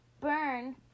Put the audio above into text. burn